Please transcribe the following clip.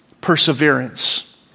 perseverance